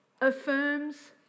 affirms